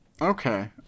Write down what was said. Okay